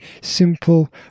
simple